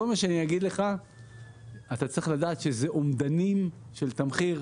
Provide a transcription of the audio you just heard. כל מה שאני אגיד לך אתה צריך לדעת שזה אומדנים של תמחיר,